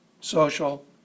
social